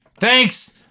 Thanks